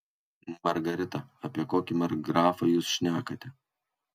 margarita apie kokį markgrafą jūs šnekate